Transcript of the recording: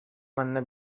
манна